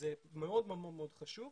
שזה מאוד מאוד חשוב.